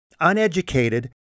uneducated